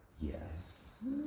Yes